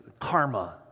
karma